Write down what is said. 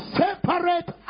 separate